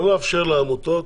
לא לאפשר לעמותות,